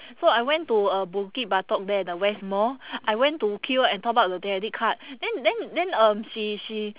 so I went to uh bukit-batok there the West Mall I went to queue and top up the debit card then then then um she she